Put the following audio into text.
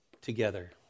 together